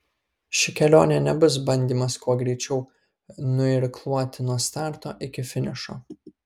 ši kelionė nebus bandymas kuo greičiau nuirkluoti nuo starto iki finišo